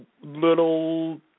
little